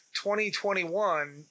2021